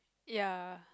ya